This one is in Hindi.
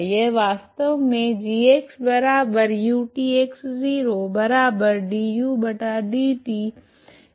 यह वास्तव मे है